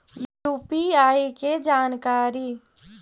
UPI के जानकारी?